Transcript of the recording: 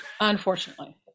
unfortunately